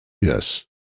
yes